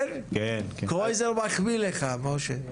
קרויזר מחמיא לך משה.